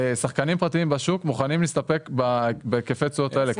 שחקנים פרטיים בשוק מוכנים להסתפק בהיקפי התשואות האלה,